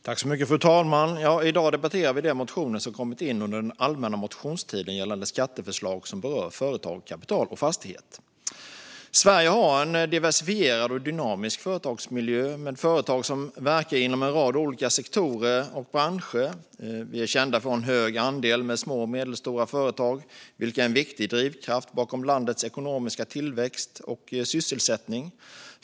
Fru talman! I dag debatterar vi de motioner som har kommit in under den allmänna motionstiden gällande skatteförslag som berör företag, kapital och fastigheter. Sverige har en diversifierad och dynamisk företagsmiljö med företag som verkar inom en rad olika sektorer och branscher. Vi är kända för att ha en hög andel små och medelstora företag, vilka är en viktig drivkraft bakom landets ekonomiska tillväxt och sysselsättning.